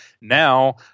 Now